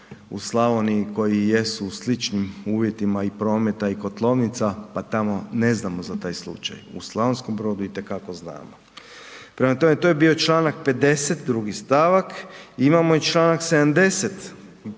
u Slavoniji koji jesu u sličnim uvjetima i prometa i kotlovnica pa tamo ne znamo za taj slučaj, u Slavonskom Brodu itekako znamo. Prema tome, to je bio članak 50. drugi stavak. I imamo i članak 70.